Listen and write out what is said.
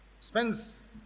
Spends